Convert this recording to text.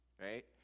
right